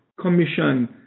commission